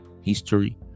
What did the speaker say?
history